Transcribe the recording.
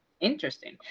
Interesting